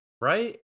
Right